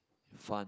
fun